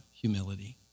humility